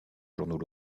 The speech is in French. journaux